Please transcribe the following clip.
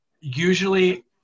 Usually